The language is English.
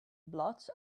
blots